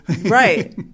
Right